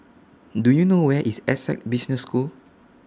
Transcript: Do YOU know Where IS Essec Business School